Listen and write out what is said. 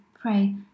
pray